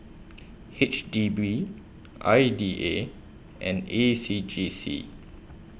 H D B I D A and A C J C